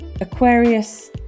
Aquarius